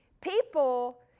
people